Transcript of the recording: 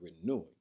renewing